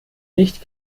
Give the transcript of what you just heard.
nicht